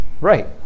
Right